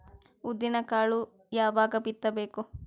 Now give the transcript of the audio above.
ಉದ್ದಿನಕಾಳು ಯಾವಾಗ ಬಿತ್ತು ಬೇಕು?